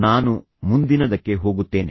ನಾನು ಮುಂದಿನದಕ್ಕೆ ಹೋಗುತ್ತೇನೆ